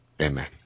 amen